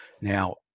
Now